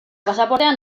pasaportea